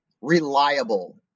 reliable